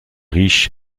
riche